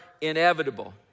inevitable